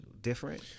different